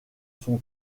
son